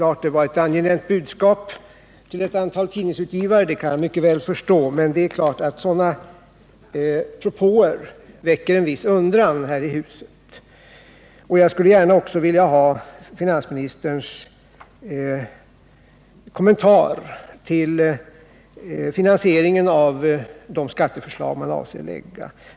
Att det var ett angenämt budskap till ett antal tidningsutgivare kan jag mycket väl förstå, men det är klart att sådana propåer väcker en viss undran här i huset. Vidare skulle jag gärna vilja ha budgetoch ekonomiministerns kommentar till finansieringen av de skatteförslag regeringen avser att lägga fram.